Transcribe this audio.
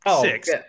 six